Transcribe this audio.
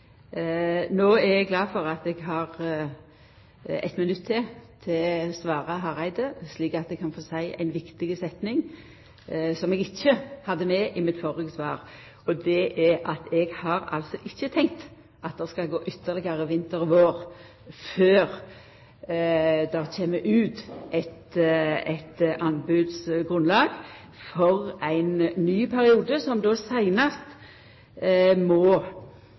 er eg glad for at eg har 1 minutt til til å svara Hareide, slik at eg kan få seia ei viktig setning, som eg ikkje hadde med i mitt førre svar. Det er at eg har ikkje tenkt at det skal gå ytterlegare vinter og vår før det kjem ut eit anbodsgrunnlag for ein ny periode, som seinast må